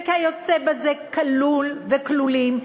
ו"כיוצא בזה" כלול וכלולים,